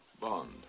Bond